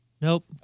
Nope